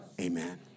Amen